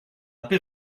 paix